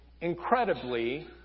incredibly